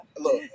look